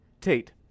Tate